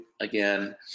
again